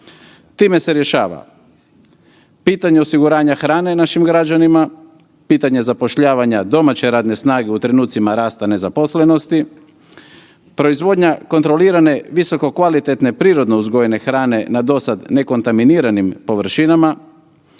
Time se rješava pitanje osiguranja hrane našim građanima, pitanje zapošljavanja domaće radne snage u trenucima rasta nezaposlenosti, proizvodnja kontrolirane visokokvalitetne prirodno uzgojene hrane na do sada ne kontaminiranim površinama,